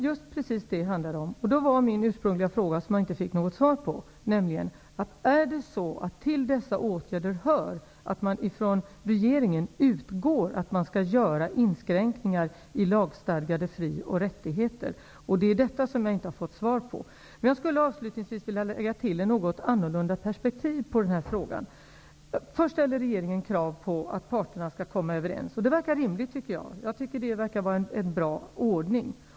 Herr talman! Ja, det är precis det som det handlar om. Min ursprungliga fråga, som jag inte fick något svar på, var då: Hör till dessa åtgärder att man från regeringen utgår från att man skall göra inskränkningar i lagstadgade fri och rättigheter? Det har jag alltså inte fått svar på. Jag vill avslutningsvis anlägga ett något annorlunda perspektiv på denna fråga. Först ställer regeringen krav på att parterna skall komma överens -- och jag tycker att det verkar vara en bra ordning.